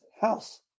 house